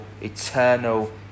eternal